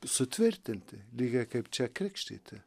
sutvirtinti lygiai kaip čia krikštyti